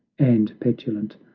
and petulant,